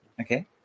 Okay